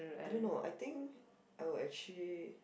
I don't know I think I would actually